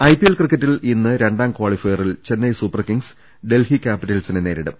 IPL ക്രിക്കറ്റിൽ ഇന്ന് രണ്ടാം കാളിഫയറിൽ ചെന്നൈ സൂപ്പർകിംഗ്സ് ഡൽഹി ക്യാപിറ്റൽസിനെ നേരിട്ടും